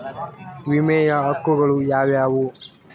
ವಿಮೆಯ ಹಕ್ಕುಗಳು ಯಾವ್ಯಾವು?